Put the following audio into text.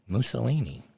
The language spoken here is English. Mussolini